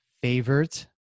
Favorite